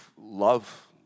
love